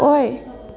ꯑꯣꯏ